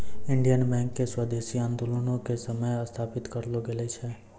Indian bank के स्वदेशी आन्दोलनो के समय स्थापित करलो गेलो छै